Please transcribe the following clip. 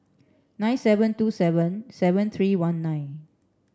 nine seven two seven seven three one nine